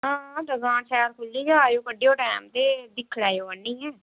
हां दकान शैल मिली आ कड्ढेओ टैम ते दिक्खी लैएओ आह्नियै